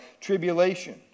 tribulation